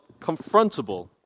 confrontable